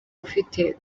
ufite